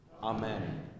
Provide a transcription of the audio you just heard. Amen